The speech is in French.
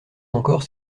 encore